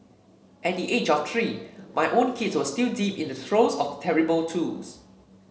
at the age of three my own kids were still deep in the throes of terrible twos